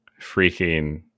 freaking